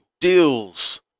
deals